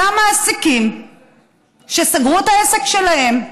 אותם מעסיקים שסגרו את העסק שלהם,